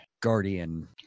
guardian